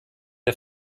der